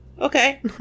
okay